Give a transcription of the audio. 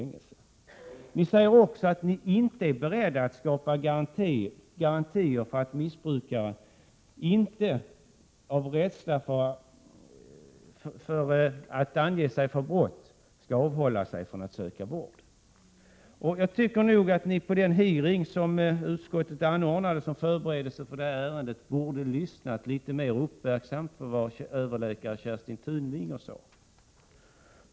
Ni säger också att ni inte är beredda att skapa garantier för att missbrukare inte av rädsla för att ange sig för brott skall avhålla sig från att söka vård. Jag tycker nog att ni vid den hearing som utskottet anordnade borde ha lyssnat mer uppmärksamt till vad överläkare Kerstin Tunving sade.